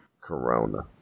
Corona